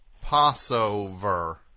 Passover